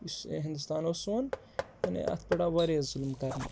یُس یہِ ہِندُستان اوس سون یعنی اَتھ پٮ۪ٹھ آو واریاہ ظُلم کَرنہٕ